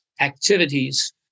activities